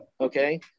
Okay